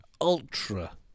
Ultra